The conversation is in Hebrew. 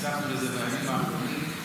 עסקנו בזה בימים האחרונים.